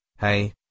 hey